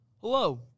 Hello